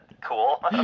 Cool